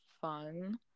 fun